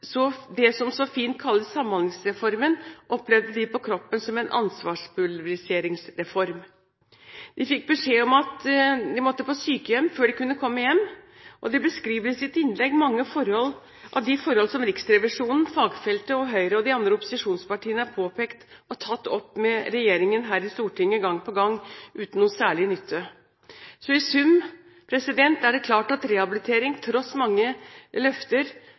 så fint kalles Samhandlingsreformen, opplevde de på kroppen som en ansvarspulveriseringsreform. De fikk beskjed om at de måtte på sykehjem før de kunne komme hjem. De beskriver i sitt innlegg mange av de forhold som Riksrevisjonen, fagfeltet, Høyre og de andre opposisjonspartiene har påpekt og tatt opp med regjeringen her i Stortinget gang på gang – uten at det har vært til noen særlig nytte. Så i sum er det klart at rehabilitering, tross mange løfter,